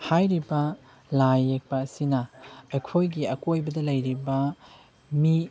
ꯍꯥꯏꯔꯤꯕ ꯂꯥꯏ ꯌꯦꯛꯄ ꯑꯁꯤꯅ ꯑꯩꯈꯣꯏꯒꯤ ꯑꯀꯣꯏꯕꯗ ꯂꯩꯔꯤꯕ ꯃꯤ